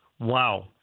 Wow